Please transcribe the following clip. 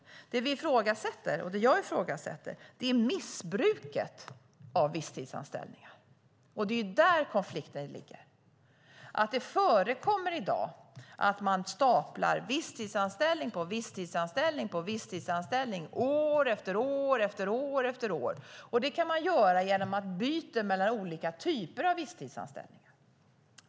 Det vi ifrågasätter, och det jag ifrågasätter, är missbruket av visstidsanställningar, och det är där konflikten ligger. Det förekommer i dag att man staplar visstidsanställning på visstidsanställning år efter år, och det kan man göra genom att byta mellan olika typer av visstidsanställningar.